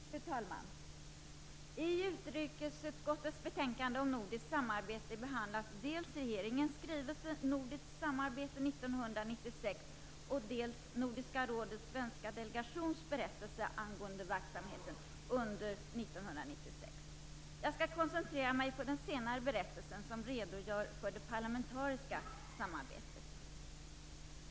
Fru talman! I utrikesutskottets betänkande om nordiskt samarbete behandlas dels regeringens skrivelse Nordiskt samarbete 1996, dels Nordiska rådets svenska delegations berättelse angående verksamheten under 1996. Jag skall koncentrera mig på den senare berättelsen som redogör för det parlamentariska samarbetet.